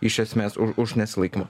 iš esmės o už nesilaikymą